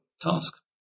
task